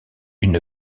une